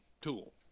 tool